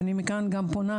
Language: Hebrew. מכאן אני פונה,